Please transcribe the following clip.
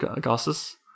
gases